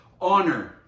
honor